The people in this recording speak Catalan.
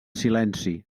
silenci